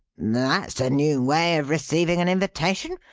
that's a new way of receiving an invitation.